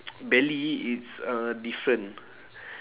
belly it's uh different